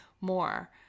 more